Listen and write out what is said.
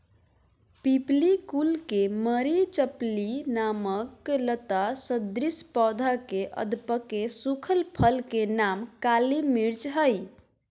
पिप्पली कुल के मरिचपिप्पली नामक लता सदृश पौधा के अधपके सुखल फल के नाम काली मिर्च हई